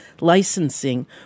licensing